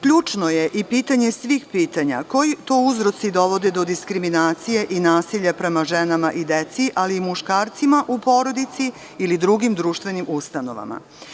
Ključno je i pitanje svih pitanja - koji to uzroci dovode do diskriminacija i nasilja prema ženama i deci, ali i muškarcima u porodici ili drugim društvenim ustanovama?